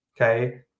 okay